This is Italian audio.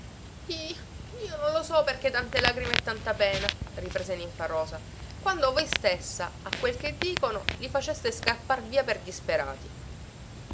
io non so perché tante lagrime e tanta pena riprese ninfarosa quando voi stessa a quel che dicono li faceste scappar via per disperati